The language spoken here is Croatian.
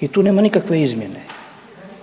I tu nema nikakve izmjene.